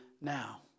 now